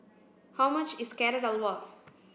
how much is Carrot Halwa